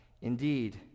Indeed